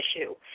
issue